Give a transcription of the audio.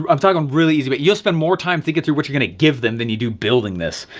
i'm talking really easy, but you'll spend more time thinking through what you're gonna give them than you do building this.